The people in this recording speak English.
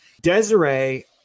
desiree